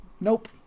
nope